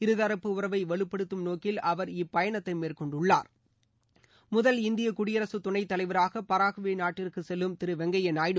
இருதரப்பு உறவை வலுப்படுத்தும் நோக்கில் அவர் இப்பயணத்தை மேற்கொண்டுள்ளார் முதல் இந்திய குடியரசு துணைத் தலைவராக பராகுவே நாட்டிற்கு செல்லும் திரு வெங்கய்யா நாயுடு